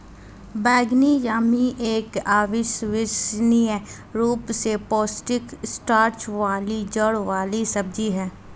बैंगनी यामी एक अविश्वसनीय रूप से पौष्टिक स्टार्च वाली जड़ वाली सब्जी है